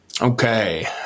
Okay